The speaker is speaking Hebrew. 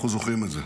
אנחנו זוכרים את זה.